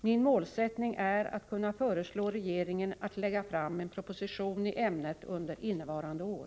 Min målsättning är att kunna föreslå regeringen att lägga fram en proposition i ämnet under innevarande år.